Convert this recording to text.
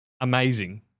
amazing